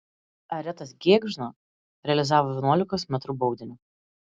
aretas gėgžna realizavo vienuolikos metrų baudinį